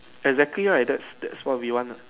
exactly right that's that's what we want lah